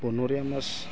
বনৰীয়া মাছ